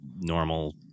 normal